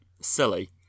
silly